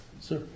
sir